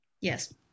Yes